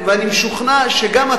אני משוכנע שגם אתה,